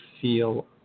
feel